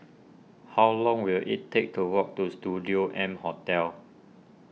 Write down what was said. how long will it take to walk to Studio M Hotel